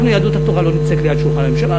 אנחנו, יהדות התורה לא נמצאת ליד שולחן הממשלה.